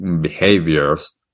behaviors